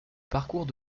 parcours